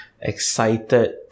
excited